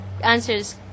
answers